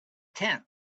tent